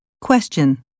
question